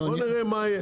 בוא נראה מה יהיה.